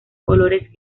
colores